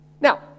Now